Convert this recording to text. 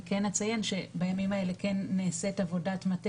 אני כן אציין שבימים האלה כן נעשית עבודת מטה